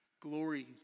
Glory